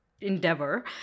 endeavor